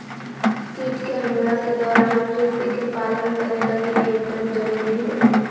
कीट के हमला के दौरान कृषि के पालन करे लगी नियंत्रण जरुरी हइ